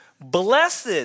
Blessed